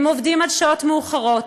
הם עובדים עד שעות מאוחרות,